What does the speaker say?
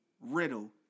Riddle